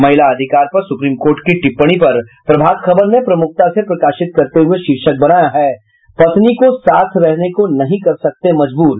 महिला अधिकार पर सुप्रीम कोर्ट की टिप्पणी पर प्रभात खबर ने प्रमुखता से प्रकाशित करते हुये शीर्षक बनाया है पत्नी को साथ रहने को नहीं कर सकते मजबूर